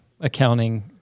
accounting